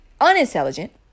unintelligent